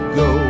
go